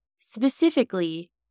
Specifically